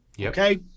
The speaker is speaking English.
Okay